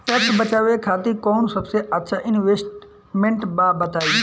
Tax बचावे खातिर कऊन सबसे अच्छा इन्वेस्टमेंट बा बताई?